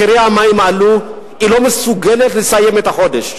מחירי המים עלו, היא לא מסוגלת לסיים את החודש.